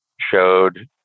showed